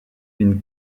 une